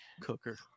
cooker